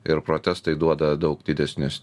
ir protestai duoda daug didesnis